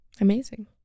Amazing